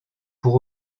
pour